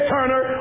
Turner